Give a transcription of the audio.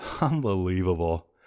Unbelievable